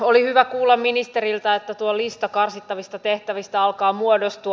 oli hyvä kuulla ministeriltä että tuo lista karsittavista tehtävistä alkaa muodostua